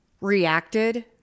reacted